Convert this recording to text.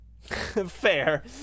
fair